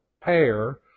pair